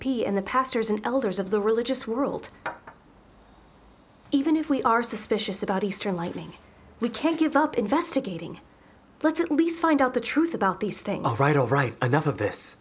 p and the pastors and elders of the religious world even if we are suspicious about easter lighting we can't give up investigating let's at least find out the truth about these things right all right enough of this